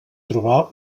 trobar